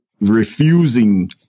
refusing